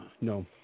No